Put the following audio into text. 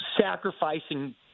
sacrificing